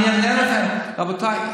אני אענה לכם, רבותיי.